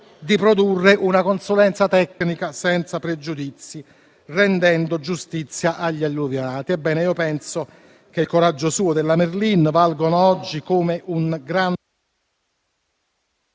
di produrre una consulenza tecnica senza pregiudizi, rendendo giustizia agli alluvionati. Ebbene, penso che il coraggio suo e della Merlin valgano oggi come un gran…